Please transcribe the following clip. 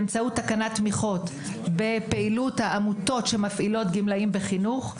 באמצעות תקנת תמיכות בפעילות העמותות שמפעילות גמלאים בחינוך.